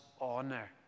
honor